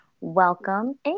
Welcome